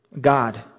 God